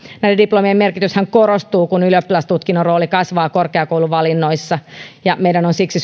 näiden diplomien merki tyshän korostuu kun ylioppilastutkinnon rooli kasvaa korkeakouluvalinnoissa ja meidän on siksi